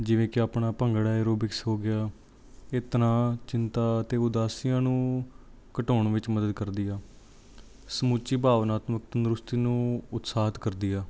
ਜਿਵੇਂ ਕਿ ਆਪਣਾ ਭੰਗੜਾ ਐਰੋਬਿਕਸ ਹੋ ਗਿਆ ਇਹਨਾਂ ਚਿੰਤਾ ਅਤੇ ਉਦਾਸੀਆਂ ਨੂੰ ਘਟਾਉਣ ਵਿੱਚ ਮਦਦ ਕਰਦੀ ਆ ਸਮੁੱਚੀ ਭਾਵਨਾਤਮਕ ਤੰਦਰੁਸਤੀ ਨੂੰ ਉਤਸ਼ਾਹਿਤ ਕਰਦੀ ਆ